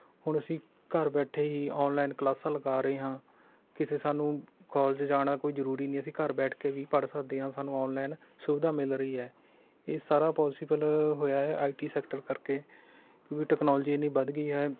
ਹੁਣ ਅਸੀਂ ਘਰ ਬੈਠੇ ਹੀ ਔਨਲਾਇਨ ਕਲਾਸਾਂ ਲਗਾ ਰਹੇ ਹਾਂ ਕਿਤੇ ਸਾਨੂੰ ਕੋਲਜ ਜਾਣਾ ਕੋਈ ਜ਼ਰੂਰੀ ਨਹੀਂ ਅਸੀਂ ਘਰ ਬੈਠ ਕੇ ਵੀ ਪੜ੍ਹ ਸਕਦੇ ਹਾਂ ਸਾਨੂੰ ਔਨਲਾਈਨ ਸੁਵਿਧਾ ਮਿਲ ਰਹੀ ਹੈ ਇਹ ਸਾਰਾ ਪੋਸੀਬਲ ਹੋਇਆ ਹੈ ਆਈ ਟੀ ਸੈਕਟਰ ਕਰਕੇ ਕਿਉਂਕਿ ਟੈਕਨੋਲਜੀ ਐਨੀ ਵੱਧ ਗਈ ਹੈ